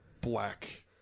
black